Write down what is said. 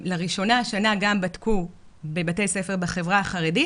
לראשונה השנה גם בדקו בבתי הספר בחברה החרדית